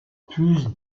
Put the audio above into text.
plus